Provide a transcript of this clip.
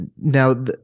Now